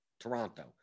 Toronto